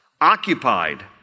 occupied